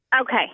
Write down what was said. Okay